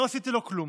לא עשיתי לו כלום,